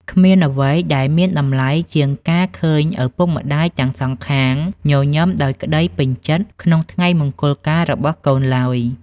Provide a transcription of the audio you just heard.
គ្មានអ្វីដែលមានតម្លៃជាងការឃើញឪពុកម្ដាយទាំងសងខាង ញញឹមដោយក្ដីពេញចិត្តក្នុងថ្ងៃមង្គលការរបស់កូនឡើយ។